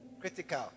critical